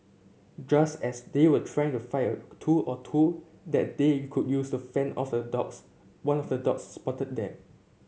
just as they were trying to find a tool or two that they could use to fend off the dogs one of the dogs spotted them